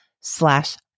slash